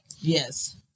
Yes